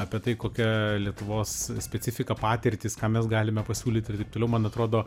apie tai kokia lietuvos specifika patirtys ką mes galime pasiūlyti ir taip toliau man atrodo